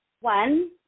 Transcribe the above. One